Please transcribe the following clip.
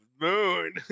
moon